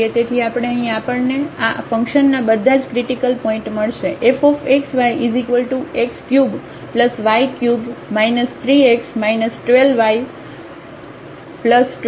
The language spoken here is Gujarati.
તેથી આપણે અહીં આપણને આ ફંક્શનના બધા જ ક્રિટીકલ પોઇન્ટ મળશે fxyx3y3 3x 12y20